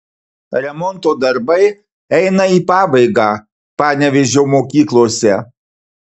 remonto darbai eina į pabaigą panevėžio mokyklose